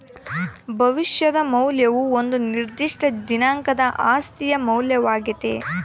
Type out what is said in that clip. ಭವಿಷ್ಯದ ಮೌಲ್ಯವು ಒಂದು ನಿರ್ದಿಷ್ಟ ದಿನಾಂಕದ ಆಸ್ತಿಯ ಮೌಲ್ಯವಾಗ್ಯತೆ